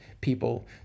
people